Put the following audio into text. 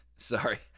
Sorry